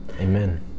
Amen